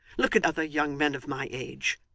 look at other young men of my age.